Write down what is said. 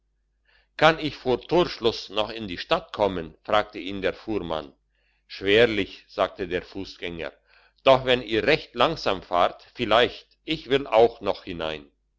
kann ich vor torschluss noch in die stadt kommen fragte ihn der fuhrmann schwerlich sagte der fussgänger doch wenn ihr recht langsam fahrt vielleicht ich will auch noch hinein